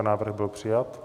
Návrh byl přijat.